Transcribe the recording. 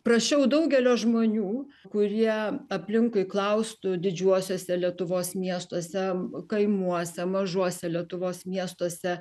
prašiau daugelio žmonių kurie aplinkui klaustų didžiuosiuose lietuvos miestuose kaimuose mažuose lietuvos miestuose